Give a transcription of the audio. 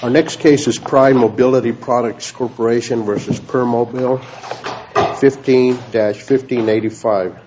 the next case is crime mobility products corporation versus per mobile fifteen dash fifteen eighty five